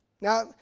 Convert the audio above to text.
Now